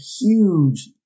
huge